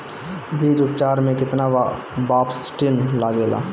बीज उपचार में केतना बावस्टीन लागेला?